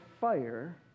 fire